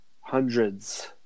hundreds